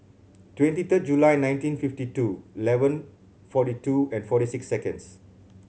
twenty third July nineteen fifty two eleven forty two and forty six seconds